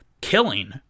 killing